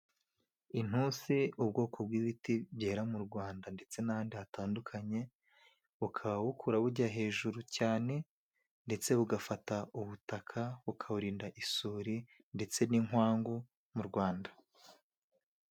Intusi ubwoko bw'ibiti byera mu Rwanda ndetse n'ahandi hatandukanye ,bukaba bukura bujya hejuru cyane ndetse bugafata ubutaka bukaburinda isuri ndetse n'inkwangu mu rwanda.